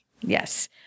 Yes